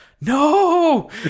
No